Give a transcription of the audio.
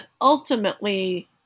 ultimately